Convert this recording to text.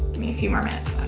me a few more minutes